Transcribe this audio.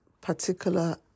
particular